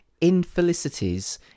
infelicities